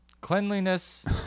Cleanliness